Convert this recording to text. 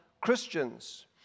Christians